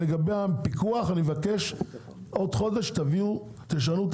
לגבי הפיקוח אני מבקש שתשנו את